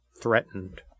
threatened